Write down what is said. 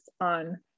on